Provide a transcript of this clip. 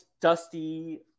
dusty